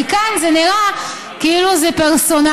כי כאן זה נראה כאילו זה פרסונלי,